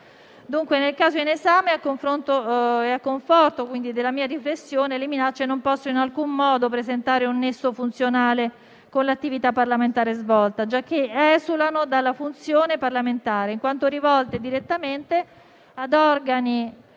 Nel caso in esame, a conforto della mia riflessione, le minacce non possono in alcun modo rappresentare un nesso funzionale con l'attività parlamentare svolta, giacché esulano dalla funzione parlamentare, in quanto rivolte direttamente ad organi